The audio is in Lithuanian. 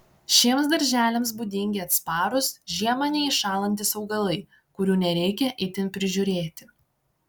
šiems darželiams būdingi atsparūs žiemą neiššąlantys augalai kurių nereikia itin prižiūrėti